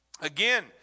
Again